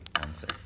answer